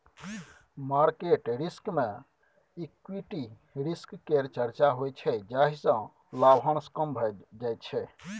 market risk मे equity risk केर चर्चा होइ छै जाहि सँ लाभांश कम भए जाइ छै